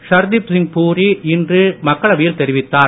ஷர்தீப்சிங் பூரி இன்று மக்களவையில் தெரிவித்தார்